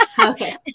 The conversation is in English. Okay